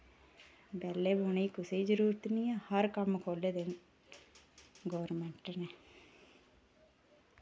बैल्ले बौह्ने दी कुसे ई जरूरत निं ऐ हर कम्म खोह्ले दे न गोरमैंट नै